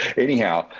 anyhow,